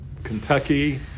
Kentucky